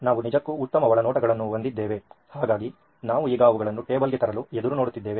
ನಾವು ನಿಜಕ್ಕೂ ಉತ್ತಮ ಒಳನೋಟಗಳನ್ನು ಹೊಂದಿದ್ದೇವೆ ಹಾಗಾಗಿ ನಾವು ಈಗ ಅವುಗಳನ್ನು ಟೇಬಲ್ಗೆ ತರಲು ಎದುರು ನೋಡುತ್ತಿದ್ದೇವೆ